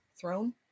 throne